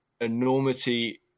enormity